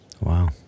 Wow